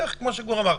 כמו שגור אמר,